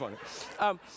funny